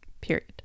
period